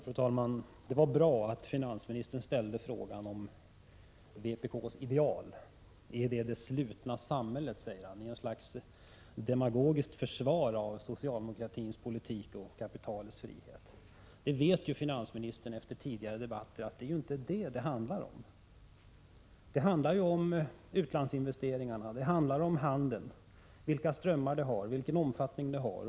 Fru talman! Det var bra att finansministern ställde frågan om vpk:s ideal. Äridealet det slutna samhället? frågar han i ett slags demagogiskt försvar för socialdemokratins politik och kapitalets frihet. Finansministern vet ju efter tidigare debatter att det inte är det som det handlar om. Det handlar ju om utlandsinvesteringarna och om handeln — vilka strömmar och vilken omfattning de har.